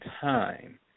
time